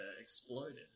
exploded